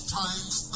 times